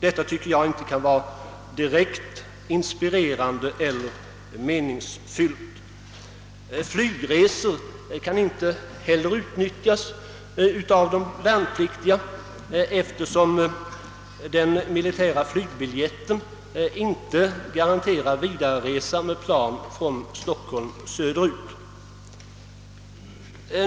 Detta tycker jag inte kan vara direkt inspirerande eller meningsfyllt. Flyget kan inte heller utnyttjas av de värnpliktiga, eftersom den militära flygbiljetten inte garanterar vidareresa med plan från Stockholm söderut.